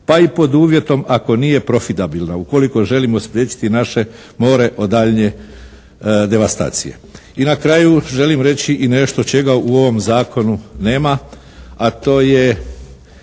pa i pod uvjetom ako nije profitabilna ukoliko želimo spriječiti naše more od daljnje devastacije. I na kraju želim reći i nešto čega u ovom zakonu nema, a to je